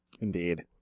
Indeed